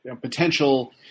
potential